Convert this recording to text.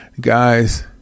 Guys